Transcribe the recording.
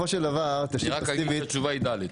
אני רק אגיד שהתשובה היא ד'.